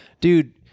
dude